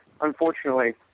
unfortunately